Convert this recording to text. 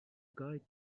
guide